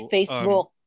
Facebook